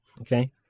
okay